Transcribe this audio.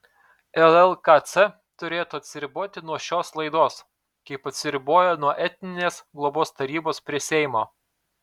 llkc turėtų atsiriboti nuo šios laidos kaip atsiribojo nuo etninės globos tarybos prie seimo